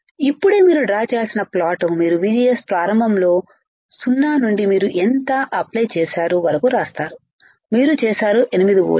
ఇప్పుడే మీరు డ్రా చేయాల్సిన ప్లాట్లు మీరు VGS ప్రారంభంలో0 నుండిమీరు ఎంతఅప్లై చేశారు వరకువ్రాస్తారు మీరు చేసారు8 వోల్ట్ల